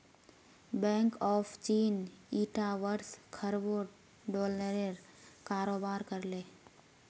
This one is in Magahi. बैंक ऑफ चीन ईटा वर्ष खरबों डॉलरेर कारोबार कर ले